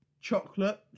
chocolate